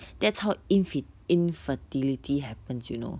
that's how infi~ infertility happens you know